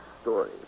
story